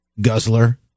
Guzzler